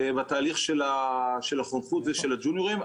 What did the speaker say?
בתהליך של החונכות ושל הג'וניורים.